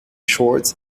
shorts